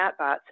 chatbots